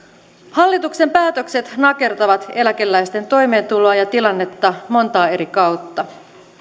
hallituksen päätökset nakertavat eläkeläisten toimeentuloa ja tilannetta montaa eri kautta